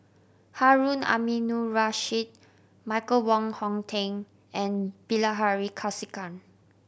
Harun Aminurrashid Michael Wong Hong Teng and Bilahari Kausikan